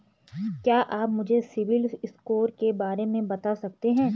क्या आप मुझे सिबिल स्कोर के बारे में बता सकते हैं?